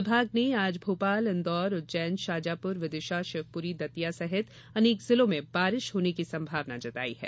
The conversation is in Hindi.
विभाग ने आज भोपाल इंदौर उज्जैन शाजापुर विदिशा शिवपुरी दतिया सहित अनेक जिलों में बारिश होने की संभावना जताई है